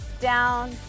Down